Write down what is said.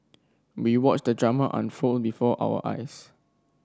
we watched the drama unfold before our eyes